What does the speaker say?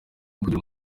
ukugira